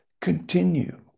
continue